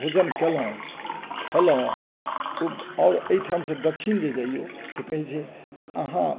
भोजन केलहुॅं खेलहुॅं आओर एहिठाम सँ दक्षिण जे जइयौ तऽ कहै छै अहाँ